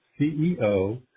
CEO